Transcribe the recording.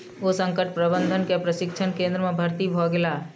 ओ संकट प्रबंधन के प्रशिक्षण केंद्र में भर्ती भ गेला